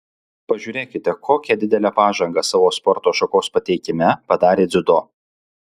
pažiūrėkite kokią didelę pažangą savo sporto šakos pateikime padarė dziudo